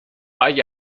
اگه